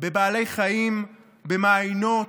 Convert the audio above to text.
בבעלי חיים, במעיינות,